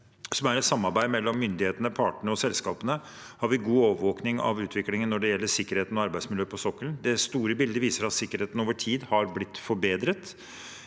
som er et samarbeid mellom myndighetene, partene og selskapene, har vi god overvåkning av utviklingen når det gjelder sikkerheten og arbeidsmiljøet på sokkelen. Det store bildet viser at sikkerheten over tid har blitt forbedret,